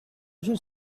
should